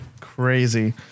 crazy